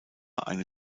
eine